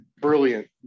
brilliant